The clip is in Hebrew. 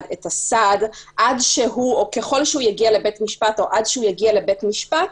הסעד ככל שיגיע לבית משפט או עד שיגיע לבית משפט,